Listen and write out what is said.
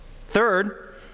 Third